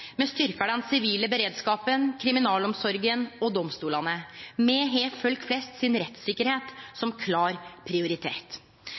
Me styrkjer den sivile beredskapen, kriminalomsorga og domstolane. Me har folk flest sin rettssikkerheit